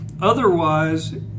Otherwise